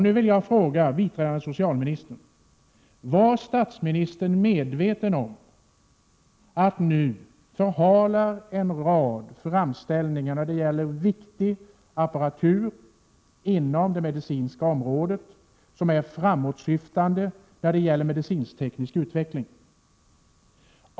Nu vill jag fråga biträdande socialministern: Var statsministern medveten om att man förhalade en rad framställningar om viktig apparatur inom det medicinska området som är framåtsyftande när det gäller medicinsk-teknisk utveckling?